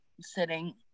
sitting